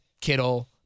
Kittle